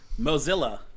Mozilla